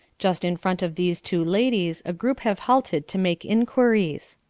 just in front of these two ladies a group have halted to make inquiries.